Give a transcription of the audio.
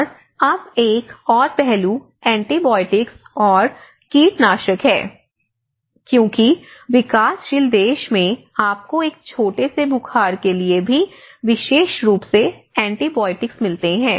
और अब एक और पहलू एंटीबायोटिसिस और कीटनाशक है क्योंकि विकासशील देश में आपको एक छोटे से बुखार के लिए भी विशेष रूप से एंटीबायोटिक्स मिलते हैं